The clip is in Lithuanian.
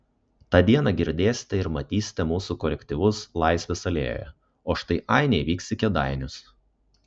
tą dieną girdėsite ir matysite mūsų kolektyvus laisvės alėjoje o štai ainiai vyks į kėdainius